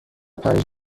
پنج